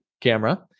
camera